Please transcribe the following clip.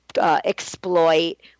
Exploit